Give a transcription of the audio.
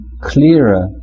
clearer